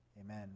amen